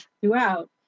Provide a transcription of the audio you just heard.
throughout